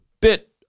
bit